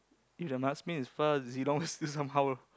if the marksman is fast Zilong still somehow